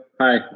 Hi